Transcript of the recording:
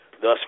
thus